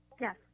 Yes